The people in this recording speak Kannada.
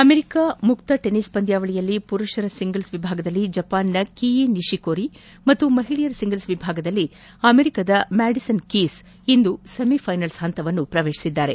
ಅಮೆರಿಕ ಮುಕ್ತ ಟೆನಿಸ್ ಪಂದ್ಯಾವಳಿಯಲ್ಲಿ ಪುರುಷರ ಸಿಂಗಲ್ಪ್ ವಿಭಾಗದಲ್ಲಿ ಜಪಾನಿನ ಕೀಯಿ ನಿಶಿಕೋರಿ ಹಾಗೂ ಮಹಿಳೆಯರ ಸಿಂಗಲ್ಸ್ ವಿಭಾಗದಲ್ಲಿ ಅಮೆರಿಕದ ಮ್ನಾಡಿಸನ್ ಕೀಸ್ ಇಂದು ಸೆಮಿಥೈನಲ್ ಪ್ರವೇಶಿಸಿದ್ದಾರೆ